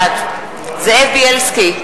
בעד זאב בילסקי,